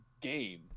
game